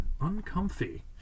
uncomfy